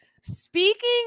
Speaking